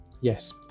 Yes